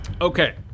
Okay